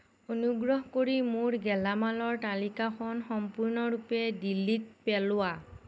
অনুগ্ৰহ কৰি মোৰ গেলামালৰ তালিকাখন সম্পূৰ্ণৰূপে ডিলিট পেলোৱা